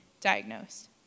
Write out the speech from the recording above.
diagnosed